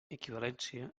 equivalència